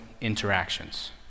interactions